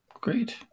Great